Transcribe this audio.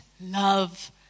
love